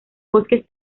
bosques